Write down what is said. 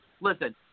Listen